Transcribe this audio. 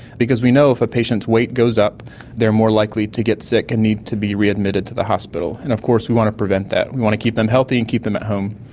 because we know if a patient's weight goes up they are more likely to get sick and need to be readmitted to the hospital, and of course we want to prevent that, we want to keep them healthy and keep them at home.